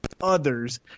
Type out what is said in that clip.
others